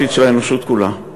העתיד של האנושות כולה.